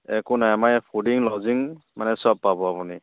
একো নাই আমাৰ ফুডিং লজিং মানে চব পাব আপুনি